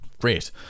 Great